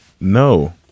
No